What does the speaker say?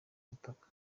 butaka